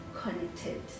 connected